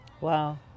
Wow